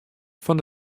fan